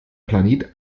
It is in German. planet